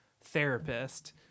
therapist